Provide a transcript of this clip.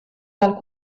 dal